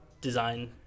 design